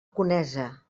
conesa